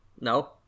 No